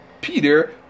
Peter